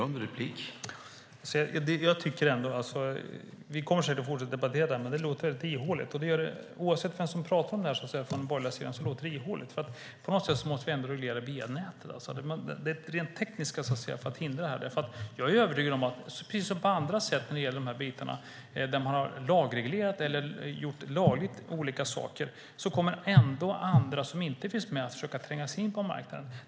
Herr talman! Vi kommer säkert att fortsätta att debattera detta, men det låter väldig ihåligt. Oavsett vem som talar om detta på den borgerliga sidan låter det ihåligt. På något sätt måste vi ändå reglera det via nätet rent tekniskt för att hindra detta. Precis som på andra sätt när man har lagreglerat eller gjort lagligt olika saker kommer det när det gäller dessa bitar andra som inte finns med ändå att försöka tränga sig in på marknaden.